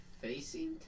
facing